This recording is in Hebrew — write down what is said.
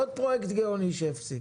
עוד פרויקט גאוני שהפסיקו.